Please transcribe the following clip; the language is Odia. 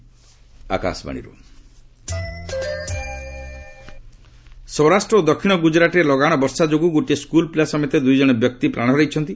ରେନ୍ ସୌରାଷ୍ଟ୍ର ଓ ଦକ୍ଷିଣ ଗୁଜରାଟରେ ଲଗାଣ ବର୍ଷା ଯୋଗୁଁ ଗୋଟିଏ ସ୍କୁଲ୍ ପିଲା ସମେତ ଦୁଇ ଜଣ ବ୍ୟକ୍ତି ପ୍ରାଣ ହରାଇଛନ୍ତି